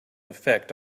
effect